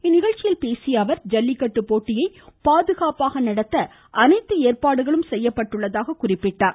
இந்நிகழ்ச்சியில் பேசிய அவர் ஜல்லிக்கட்டு போட்டியை பாதுகாப்பாக நடத்த அனைத்து ஏற்பாடுகளும் செய்யப்பட்டுள்ளதாக குறிப்பிட்டார்